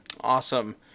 Awesome